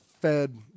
fed